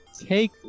take